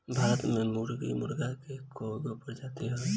भारत में मुर्गी मुर्गा के कइगो प्रजाति हवे